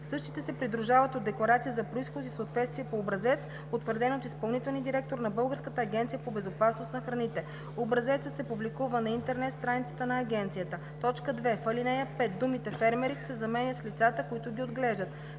същите се придружават от декларация за произход и съответствие по образец, утвърден от изпълнителния директор на Българската агенция по безопасност на храните. Образецът се публикува на интернет страницата на агенцията.“ 2. В ал. 5 думата „фермерите“ се заменя с „лицата, които ги отглеждат“.